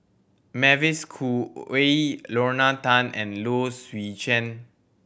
Mavis Khoo Oei Lorna Tan and Low Swee Chen